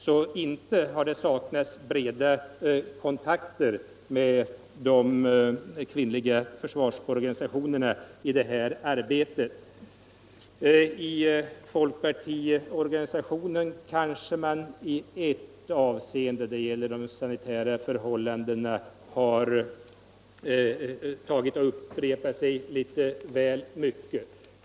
Så inte har det saknats breda kontakter med de kvinnliga försvarsorganisationerna i det här arbetet. I folkpartimotionen kanske man i ett avseende — det gäller de sanitära förhållandena — har upprepat sig litet väl mycket.